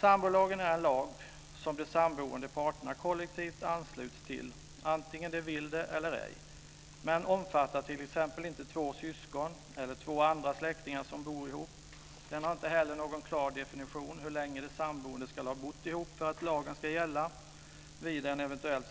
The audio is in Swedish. Sambolagen är en lag som de samboende parterna kollektivt ansluts till antingen de vill eller ej, men den omfattar t.ex. inte två syskon eller två andra släktingar som bor ihop. Den har inte heller någon klar definition av hur länge de samboende ska ha bott ihop för att lagen ska gälla vid en eventuell